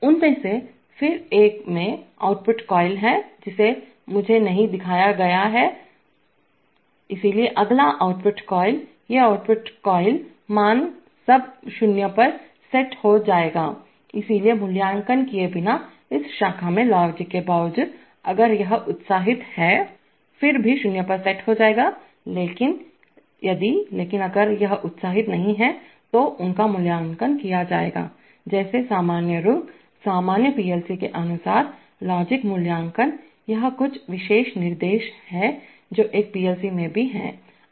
उनमें से हर एक में एक आउटपुट कॉइल है जिसे मुझे नहीं दिखाया गया है इसलिए अगला आउटपुट कॉइल ये आउटपुट कॉइल मान सब शून्य पर सेट हो जाएगा इसलिए मूल्यांकन किए बिना इस शाखा में लॉजिक के बावजूद अगर यह उत्साहित है फिर सभी 0 पर सेट हो जाएंगे लेकिन यदि लेकिन अगर यह उत्साहित नहीं है तो उनका मूल्यांकन किया जाएगा जैसे सामान्य रूंग सामान्य पीएलसी के अनुसार लॉजिक मूल्यांकन यह कुछ विशेष निर्देश हैं जो एक पीएलसी में भी हैं